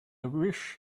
wish